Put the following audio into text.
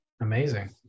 Amazing